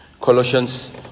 Colossians